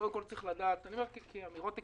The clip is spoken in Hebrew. קודם כול צריך לדעת, אני אומר אמירות עקרוניות.